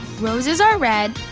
roses are red,